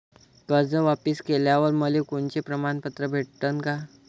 कर्ज वापिस केल्यावर मले कोनचे प्रमाणपत्र भेटन का?